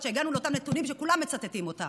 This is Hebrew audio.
שהגענו לאותם נתונים שכולם מצטטים אותם.